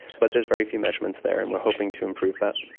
but there's very few measurements there and we are hoping to improve that.